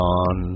on